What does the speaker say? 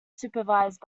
supervised